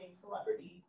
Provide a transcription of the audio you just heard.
celebrities